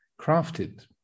crafted